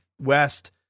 West